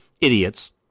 idiots